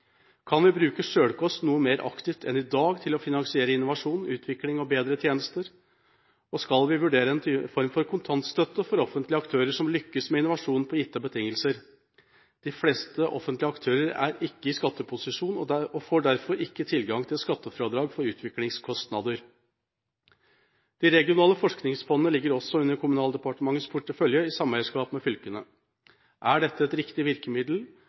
Kan vi bruke selvkost noe mer aktivt enn i dag til å finansiere innovasjon, utvikling og bedre tjenester? Og skal vi vurdere en form for kontantstøtte for offentlige aktører som lykkes med innovasjon, på gitte betingelser? De fleste offentlige aktører er ikke i skatteposisjon og får derfor ikke tilgang til skattefradrag for utviklingskostnader. De regionale forskningsfondene ligger også under Kommunaldepartementets portefølje, i sameierskap med fylkene. Er dette et riktig virkemiddel?